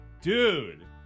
dude